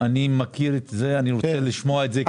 אני מכיר את זה ואני רוצה לשמוע את זה.